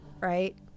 right